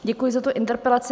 Děkuji za tu interpelaci.